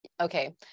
Okay